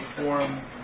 forum